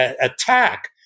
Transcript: attack